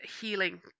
healing